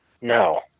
No